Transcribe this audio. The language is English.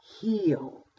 healed